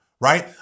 right